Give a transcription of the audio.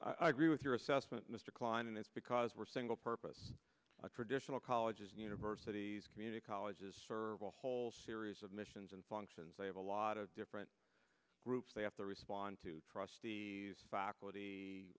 i agree with your assessment mr klein and it's because we're single purpose a traditional colleges and universities community colleges serve a whole series of missions and functions they have a lot of different groups they have to respond to trustees faculty